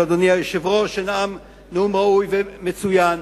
של אדוני היושב-ראש שנאם נאום ראוי ומצוין,